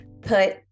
put